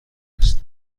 است